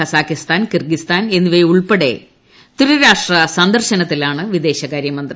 Kazakhstan Kyrgyzstan എന്നിവയുൾപ്പെടെ ത്രിരാഷ്ട്ര സന്ദർശനത്തിലാണ് വിദ്ദേശ്രക്ടാര്യ്മന്ത്രി